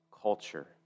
culture